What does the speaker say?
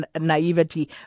naivety